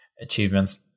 achievements